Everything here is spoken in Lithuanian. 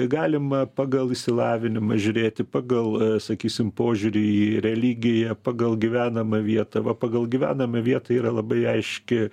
galima pagal išsilavinimą žiūrėti pagal sakysim požiūrį į religiją pagal gyvenamą vietą pagal gyvenamą vietą yra labai aiški